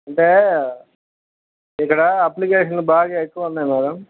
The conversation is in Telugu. అంటే ఇక్కడ అప్లికేషన్లు బాగా ఎక్కువ ఉన్నాయి మేడం